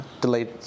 delayed